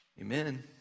Amen